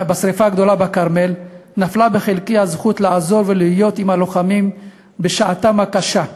בכרמל נפלה בחלקי הזכות לעזור ולהיות עם הלוחמים בשעתם הקשה.